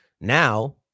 Now